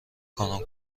کنم